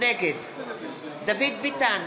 נגד דוד ביטן,